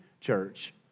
church